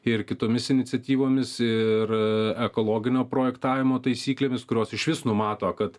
ir kitomis iniciatyvomis ir ekologinio projektavimo taisyklėmis kurios išvis numato kad